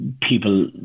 people